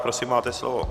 Prosím, máte slovo.